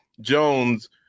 Jones